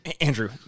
Andrew